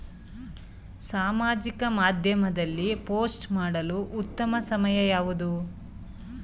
ಸಾಮಾಜಿಕ ಮಾಧ್ಯಮದಲ್ಲಿ ಪೋಸ್ಟ್ ಮಾಡಲು ಉತ್ತಮ ಸಮಯ ಯಾವುದು?